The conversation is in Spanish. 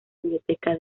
biblioteca